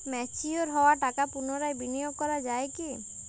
Mature হওয়া টাকা পুনরায় বিনিয়োগ করা য়ায় কি?